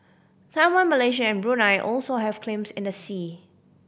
Taiwan Malaysia and Brunei also have claims in the sea